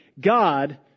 God